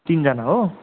तिनजना हो